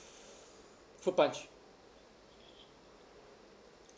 fruit punch